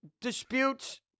disputes